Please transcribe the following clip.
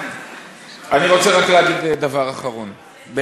כבר בזבזת אותו.